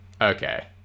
Okay